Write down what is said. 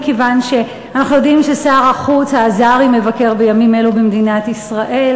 מכיוון שאנחנו יודעים ששר החוץ האזרי מבקר בימים אלו במדינת ישראל.